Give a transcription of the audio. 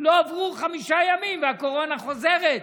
לא עברו חמישה ימים והקורונה חוזרת.